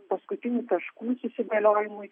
paskutinių taškų įsigaliojimui